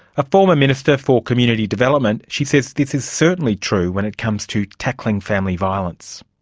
a former minister for community development, she says this is certainly true when it comes to tackling family violence.